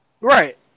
right